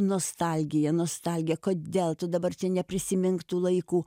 nostalgija nostalgija kodėl tu dabar čia neprisimink tų laikų